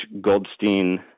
Goldstein